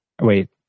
Wait